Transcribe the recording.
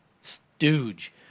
stooge